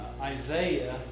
Isaiah